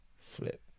Flip